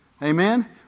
Amen